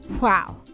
Wow